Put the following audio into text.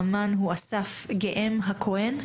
האמן הוא אסף גאם-הכהן,